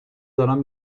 دارن